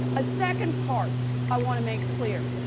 a second part i want to make clear,